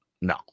No